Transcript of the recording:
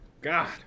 God